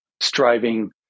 striving